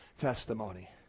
testimony